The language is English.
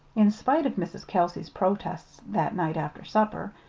in spite of mrs. kelsey's protests that night after supper,